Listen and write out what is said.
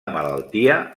malaltia